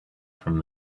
from